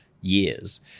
years